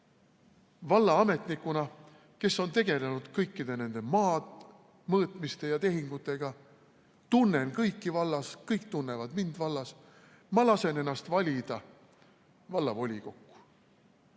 vallaametnikuna, kes on tegelenud kõikide nende maamõõtmiste ja tehingutega, tunnen kõiki vallas, kõik tunnevad mind vallas, ma lasen ennast valida vallavolikokku.